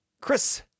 Chris